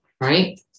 Right